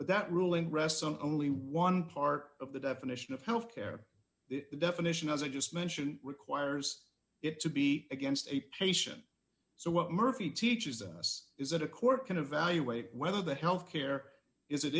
but that ruling rests on only one part of the definition of health care the definition as i just mentioned requires it to be against a patient so what murphy teaches us is that a court can evaluate whether the health care is